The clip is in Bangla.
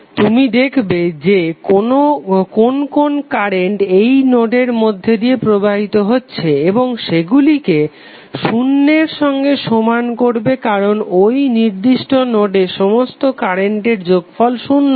তুমি দেখবে যে কোন কোন কারেন্ট এই নোডের মধ্যে দিয়ে প্রবাহিত হচ্ছে এবং সেগুলিকে শুন্যর সঙ্গে সমান করবে কারণ ঐ নির্দিষ্ট নোডে সমস্ত কারেন্টের যোগফল শুন্য হবে